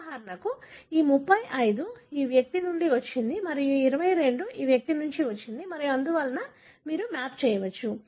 ఉదాహరణకు ఈ 35 ఈ వ్యక్తి నుండి వచ్చింది మరియు ఈ 22 ఈ వ్యక్తి నుండి వచ్చింది మరియు అందువలన మీరు మ్యాప్ చేయవచ్చు